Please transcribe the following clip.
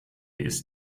ist